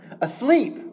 asleep